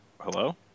Hello